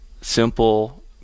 simple